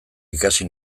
ikasi